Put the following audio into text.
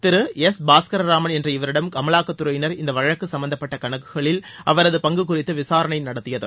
திரு S Bhaskara Raman என்ற இவரிடம் அமலாக்கத்துறையினர் இந்த வழக்கு சும்பந்தப்பட்ட கணக்குகளில் அவரது பங்கு குறித்து விசாரணை நடத்தப்பட்டது